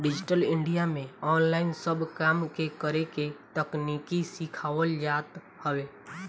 digital India में online सब काम के करेके तकनीकी सिखावल जात हवे